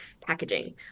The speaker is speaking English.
packaging